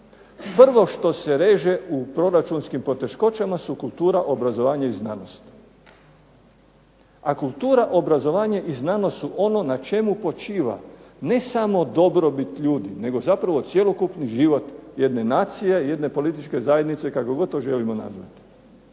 prvo što se reže u proračunskim poteškoćama su kultura, obrazovanje i znanost. A kultura, obrazovanje i znanost su ono na čemu počiva ne samo dobrobit ljudi, nego zapravo cjelokupni život jedne nacije, jedne političke zajednice kako god to želimo nazvati.